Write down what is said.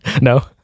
No